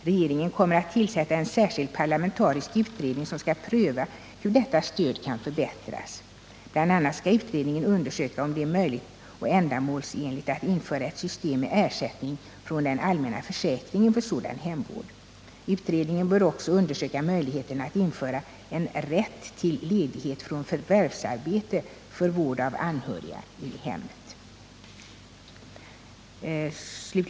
Regeringen kommer att tillsätta en särskild parlamentarisk utredning som skall pröva hur detta stöd kan förbättras. Bl.a. skall utredningen undersöka om det är möjligt och ändamålsenligt att införa ett system med ersättning från den allmänna försäkringen för sådan hemvård. Utredningen bör också undersöka möjligheten att införa en rätt till ledighet från förvärvsarbete för vård av anhöriga i hemmet.